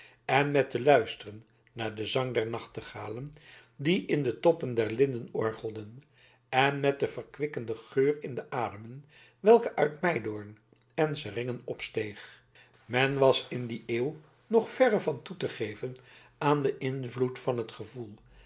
en met te luisteren naar den zang der nachtegalen die in de toppen der linden orgelden en met den verkwikkende geur in te ademen welke uit meidoorn en seringen opsteeg men was in die eeuw nog verre van toe te geven aan den invloed van het gevoel